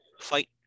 fight